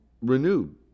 renewed